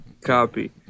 Copy